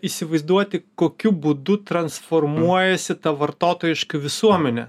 įsivaizduoti kokiu būdu transformuojasi ta vartotojiška visuomenė